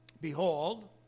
Behold